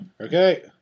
Okay